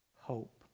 hope